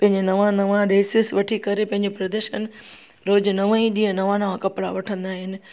पंहिंजे नवां नवां ड्रेसिस वठी करे पंहिंजे प्रदेशनि रोज़ु नव ई ॾींहं नवां नवां कपिड़ा वठंदा आहिनि